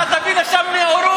אבל צריך להמשיך את המנדט,